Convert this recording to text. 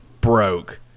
broke